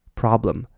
problem